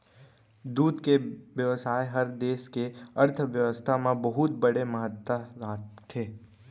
दूद के बेवसाय हर देस के अर्थबेवस्था म बहुत बड़े महत्ता राखथे